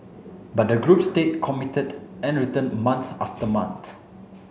but the group stayed committed and returned month after month